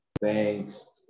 thanks